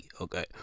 Okay